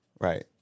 Right